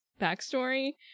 backstory